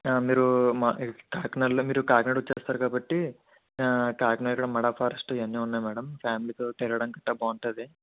మీరూ కాకినాడలో మీరు కాకినాడ వచ్చేస్తారు కాబట్టి కాకినాడలో మడా ఫారెస్టు ఇవన్నీ ఉన్నాయి మేడం ఫ్యామిలీతో తిరగడానికి గట్ట బాగుంటుంది